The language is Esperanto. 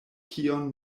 kion